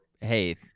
Hey